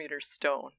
stone